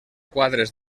quadres